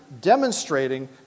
demonstrating